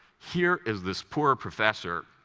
here is this poor professor.